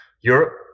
europe